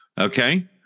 okay